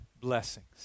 blessings